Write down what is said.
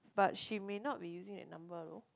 but she may not be using that number though